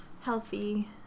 healthy